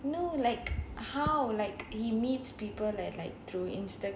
no like how like he meets people like through Instagram or like dating applications